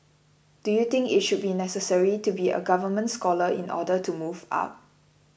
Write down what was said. do you think it should be necessary to be a government scholar in order to move up